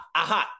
aha